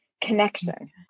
connection